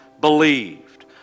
believed